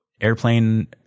airplane